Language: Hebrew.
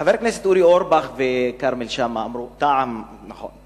חברי הכנסת אורי אורבך וכרמל שאמה אמרו: טעם רע,